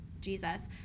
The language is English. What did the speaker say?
Jesus